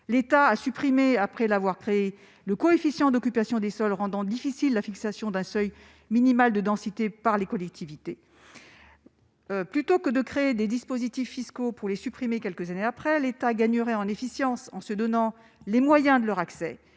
l'État a supprimé le coefficient d'occupation des sols, rendant difficile la fixation d'un seuil minimal de densité par les collectivités. Plutôt que de créer des dispositifs fiscaux pour les supprimer quelques années après, l'État gagnerait en efficience s'il se donnait les moyens de leur succès.